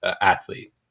athlete